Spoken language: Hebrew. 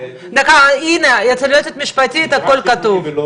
לאחר מכן יש תהליך ובסופו --- ובכל